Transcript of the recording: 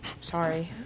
Sorry